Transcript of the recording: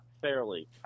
fairly